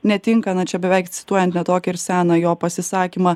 netinka na čia beveik cituojant ne tokį seną jo pasisakymą